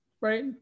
right